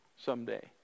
someday